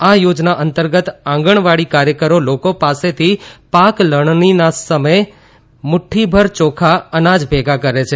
આ યોજના અંતર્ગત આંગણવાડી કાર્યકરો લોકો પાસેથી પાક લણણીના સમય દરમ્યાન મુઠ્ઠીભર ચોખા અનાજ ભેગા કરે છે